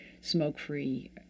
smoke-free